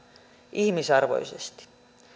ihmisarvoisesti